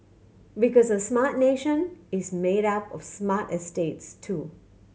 because a smart nation is made up of smart estates too